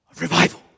Revival